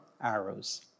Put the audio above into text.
arrows